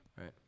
Right